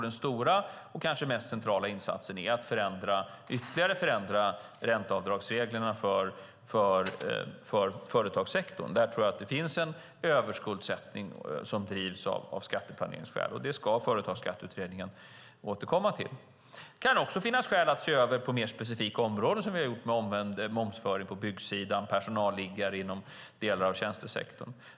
Den stora och kanske mest centrala insatsen är att ytterligare förändra ränteavdragsreglerna för företagssektorn. Där tror jag att det finns en överskuldsättning som drivs av skatteplaneringsskäl. Det ska Företagsskatteutredningen återkomma till. Det kan finnas skäl att se över på mer specifika områden, så som vi har gjort med omvänd momsföring på byggsidan och personalliggare inom delar av tjänstesektorn.